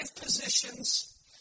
positions